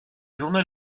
journal